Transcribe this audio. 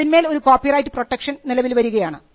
അതിന്മേൽ ഒരു copyright protection നിലവിൽ വരികയാണ്